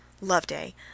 LOVEDAY